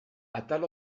atal